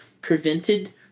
prevented